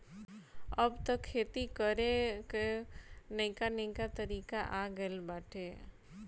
अब तअ खेती करे कअ नईका नईका तरीका आ गइल बाटे